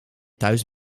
thuis